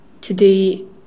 today